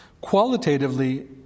Qualitatively